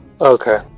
Okay